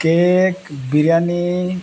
cake biryani